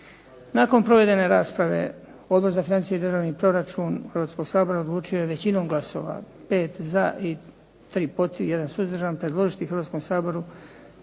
Nakon provedene rasprave Odbor za financije i državni proračun Hrvatskog sabora odlučio je većinom glasova 5 za i 3 protiv, 1 suzdržan predložiti Hrvatskom saboru